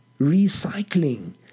recycling